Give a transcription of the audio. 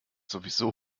sowieso